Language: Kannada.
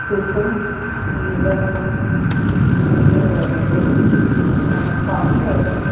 ಉಪ್ಪಿಟ್ಟು ದೋಸೆ ಆಮೇಲೆ ಇದು ಯಾವುದಪ್ಪ ಅಂದರೆ